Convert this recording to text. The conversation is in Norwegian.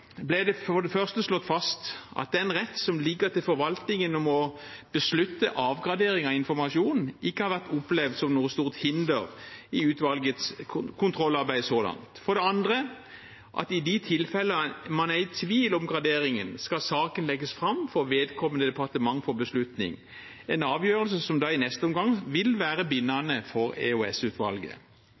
det for det første slått fast at den rett som ligger til forvaltningen om å beslutte avgradering av informasjonen, ikke har vært opplevd som noe stort hinder i utvalgets kontrollarbeid så langt, og for det andre at i de tilfeller man er i tvil om graderingen, skal saken legges fram for vedkommende departement for beslutning – en avgjørelse som i neste omgang vil være bindende for